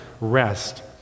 rest